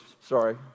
sorry